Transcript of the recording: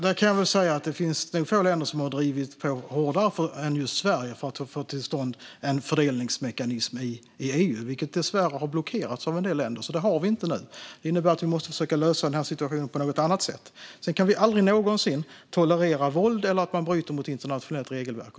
Fru talman! Det finns nog få länder som har drivit på hårdare än just Sverige för att få till stånd en fördelningsmekanism i EU. Dessvärre har detta blockerats av en del länder, så nu har vi ingen sådan. Det innebär att vi måste försöka lösa situationen på något annat sätt. Sedan kan vi aldrig någonsin tolerera våld eller att man bryter mot internationella regelverk.